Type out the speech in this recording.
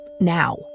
now